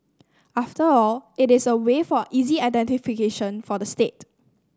after all it is a way for easy identification for the state